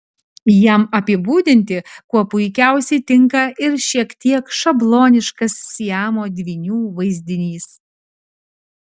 jam apibūdinti kuo puikiausiai tinka ir šiek tiek šabloniškas siamo dvynių vaizdinys